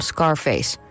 Scarface